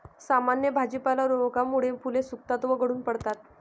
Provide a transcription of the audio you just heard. सामान्य भाजीपाला रोगामुळे फुले सुकतात व गळून पडतात